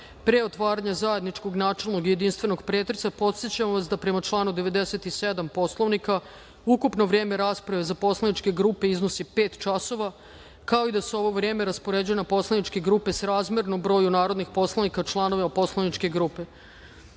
pre otvaranja zajedničkog, načelnog i jedinstvenog pretresa podsećamo vas da prema članu 97. Poslovnika ukupno vreme rasprave za poslaničke grupe iznosi pet časova, kao i da se ovo vreme raspoređuje na poslaničke grupe srazmerno broju narodnih poslanika članovima poslaničke grupe. Molim